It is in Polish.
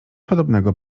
podobnego